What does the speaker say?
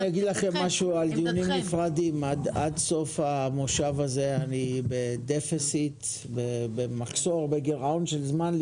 לגבי דיונים נפרדים - עד סוף המושב הזה אני בגירעון של זמן כי